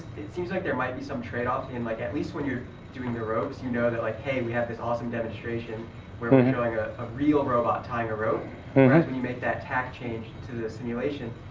it seems like there might be some tradeoff in like at least when you're doing the ropes, you know that like hey, we have this awesome demonstration where we're showing a a real robot tying a rope whereas when you make that tact change to the simulation,